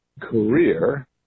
career